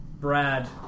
Brad